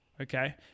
okay